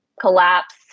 collapse